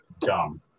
dumb